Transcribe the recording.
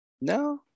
No